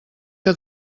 que